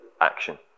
action